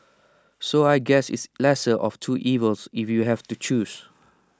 so I guess it's lesser of two evils if you have to choose